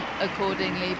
accordingly